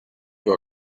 you